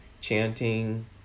Chanting